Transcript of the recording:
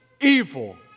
evil